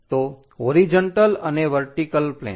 તો હોરીજન્ટલ અને vertical plane